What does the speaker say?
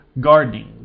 Gardening